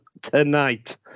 tonight